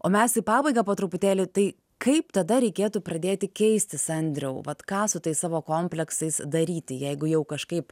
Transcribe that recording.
o mes į pabaigą po truputėlį tai kaip tada reikėtų pradėti keistis andriau vat ką su tais savo kompleksais daryti jeigu jau kažkaip